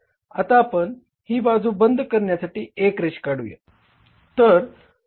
आता आपण ही बाजू बंद करण्यासाठी एक रेष काढूया